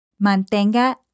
mantenga